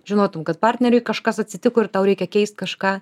žinotum kad partneriui kažkas atsitiko ir tau reikia keist kažką